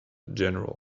general